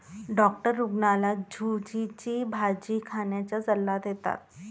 doctor रुग्णाला झुचीची भाजी खाण्याचा सल्ला देतात